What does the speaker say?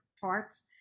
parts